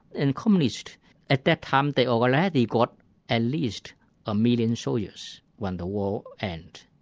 and communists at that time, they already got at least a million soldiers when the war and